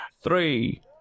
three